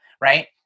right